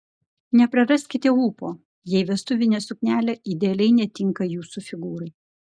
nepraraskite ūpo jei vestuvinė suknelė idealiai netinka jūsų figūrai